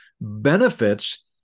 benefits